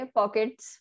pockets